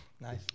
Nice